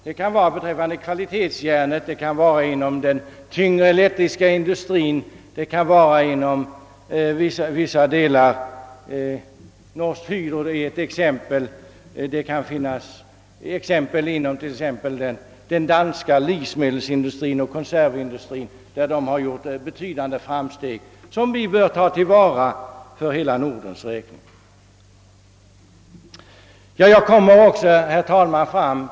Det kan gälla kvalitetsstål, tyngre elektrisk industri och framstegen inom t.ex. den danska livsmedelsoch konservindustrin, inom vilken man gjort betydande framsteg, som bör tas till vara för hela Nordens räkning. Herr talman!